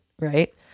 right